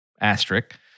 asterisk